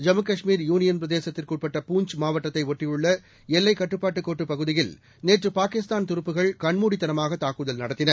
Jammu Kashmir union பிரதேசத்திற்குட்பட்ட பூஞ்ச் மாவட்டத்தை ஒட்டியுள்ள எல்லைக் கட்டுப்பாட்டுக் கோட்டுப் பகுதியில் நேற்று பாகிஸ்தான் துருப்புகள் கண்மூடித்தனமாக தாக்குதல் நடத்தின